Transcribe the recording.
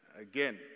again